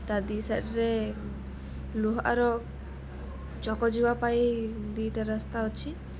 ତା ଦୁଇ ସାଇଡ଼୍ରେ ଲୁହାର ଚକ ଯିବା ପାଇଁ ଦୁଇଟା ରାସ୍ତା ଅଛି